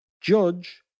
judge